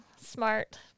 Smart